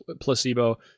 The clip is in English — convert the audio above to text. placebo